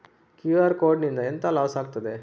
QR code ನಿಂದ ಎಂತ loss ಆಗ್ತದೆ?